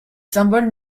symboles